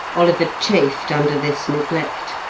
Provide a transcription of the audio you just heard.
oliver chafed under this neglect.